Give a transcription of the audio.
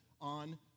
on